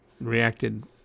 reacted